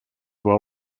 well